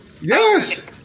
yes